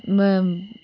मां